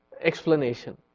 explanation